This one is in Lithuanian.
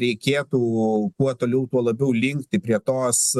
reikėtų kuo toliau tuo labiau linkti prie tos